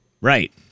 Right